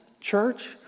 church